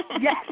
Yes